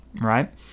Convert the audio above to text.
right